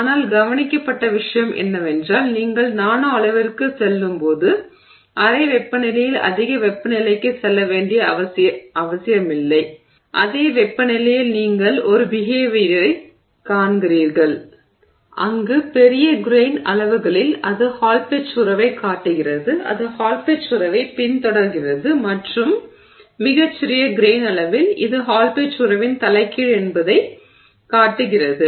ஆனால் கவனிக்கப்பட்ட விஷயம் என்னவென்றால் நீங்கள் நானோ அளவிற்குச் செல்லும்போது அறை வெப்பநிலையில் அதிக வெப்பநிலைக்குச் செல்ல வேண்டிய அவசியமில்லை இருக்கும் அதே வெப்பநிலையில் நீங்கள் ஒரு பிஹேவியரைக் காண்கிறீர்கள் அங்கு பெரிய கிரெய்ன் அளவுகளில் அது ஹால் பெட்ச் உறவைக் காட்டுகிறது அது ஹால் பெட்ச் உறவைப் பின்தொடர்கிறது மற்றும் மிகச் சிறிய கிரெய்ன் அளவில் இது ஹால் பெட்ச் உறவின் தலைகீழ் என்பதைக் காட்டுகிறது